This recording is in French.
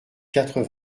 quatre